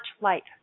light